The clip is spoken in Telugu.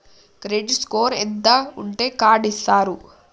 క్రెడిట్ స్కోర్ ఎంత ఉంటే కార్డ్ ఇస్తారు?